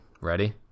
Ready